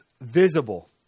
visible